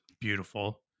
beautiful